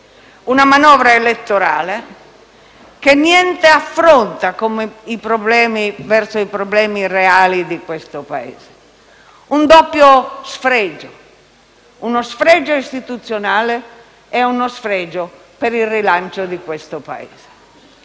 una manovra elettorale che non affronta affatto i problemi reali di questo Paese. Un doppio sfregio: uno sfregio istituzionale e uno sfregio per il rilancio del Paese.